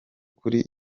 kuri